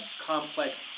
complex